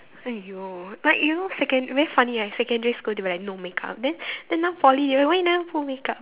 !aiyo! but you know second very funny ah secondary school they were like no make-up then then now Poly ah why you never put make-up